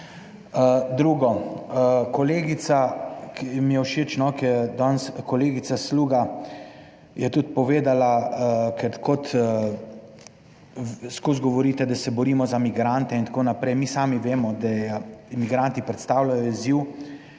ki mi je všeč, ker je danes kolegica Sluga, je tudi povedala, ker kot skozi govorite, da se borimo za migrante, itn. mi sami vemo, da migranti predstavljajo izziv.